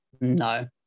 no